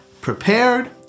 prepared